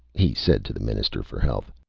he said to the minister for health,